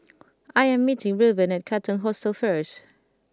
I am meeting Reuben at Katong Hostel first